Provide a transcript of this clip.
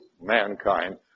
mankind